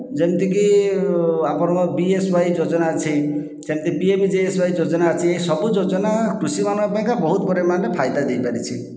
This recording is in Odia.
ଯେମିତିକି ଆପଣଙ୍କର ବିଏସ୍ୱାଇ ଯୋଜନା ଅଛି ସେମିତି ବିଏମ୍ଜେଏସୱାଇ ଯୋଜନା ଅଛି ଏଇ ସବୁ ଯୋଜନା କୃଷି ମାନଙ୍କ ପାଇଁକା ବହୁତ ପରିମାଣରେ ଫାଇଦା ଦେଇପାରିଛି